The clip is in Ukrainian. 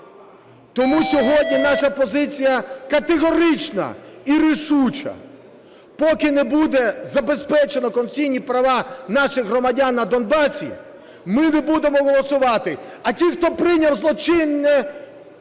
Тому сьогодні наша позиція категорична і рішуча: поки не буде забезпечено конституційні права наших громадян на Донбасі, ми не будемо голосувати. А ті, хто прийняв злочинне